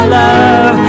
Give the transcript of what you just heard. love